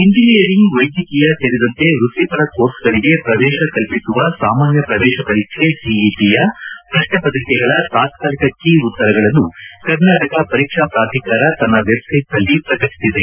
engineering ವೈದ್ಯಕೀಯ ಸೇರಿದಂತೆ ವ್ಯಕ್ತಿಪರ ಕೋರ್ಸ್ಗಳಿಗೆ ಪ್ರವೇತ ಕಲ್ಲಿಸುವ ಸಾಮಾನ್ಯ ಪ್ರವೇತ ಪರೀಕ್ಷೆ ಸಿಇಟಿಯ ಪ್ರಶ್ನೆಪತ್ರಿಕೆಗಳ ತಾತ್ಕಾಲಿಕ ಕೀ ಉತ್ತರಗಳನ್ನು ಕರ್ನಾಟಕ ಪರೀಕ್ಷಾ ಪ್ರಾಧಿಕಾರ ತನ್ನ ವೆಬ್ ಸೈಟ್ ನಲ್ಲಿ ಪ್ರಕಟಿಸಿದೆ